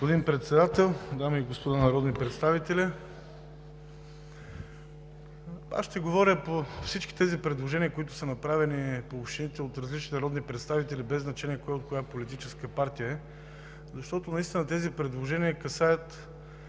(ОП): Господин Председател, дами и господа народни представители! Аз ще говоря по всички тези предложения за общините, които са направени от различни народни представители, без значение кой от коя политическа партия е, защото тези предложения касаят